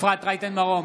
אפרת רייטן מרום,